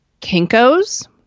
Kinko's